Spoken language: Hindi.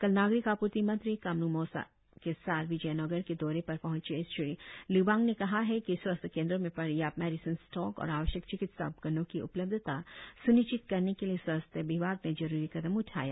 कल नागरिक आप्र्ति मंत्री कामलूंग मोसांग के साथ विजोयनगर के दौरे पर पहचें श्री लिबांग ने कहा है कि स्वास्थ्य केंद्रो मे पर्याप्त मेडिसिन स्टॉक और आवश्यक चिकित्सा उपकरणो की उपलब्धता स्निश्चित करने के लिए स्वास्थ्य विभाग ने जरुरी कदम उठाया है